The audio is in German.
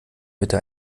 mitte